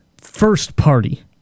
first-party